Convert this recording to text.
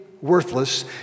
worthless